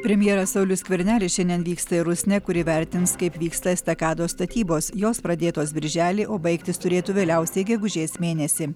premjeras saulius skvernelis šiandien vyksta į rusnę kur įvertins kaip vyksta estakados statybos jos pradėtos birželį o baigtis turėtų vėliausiai gegužės mėnesį